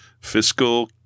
fiscal